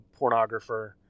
pornographer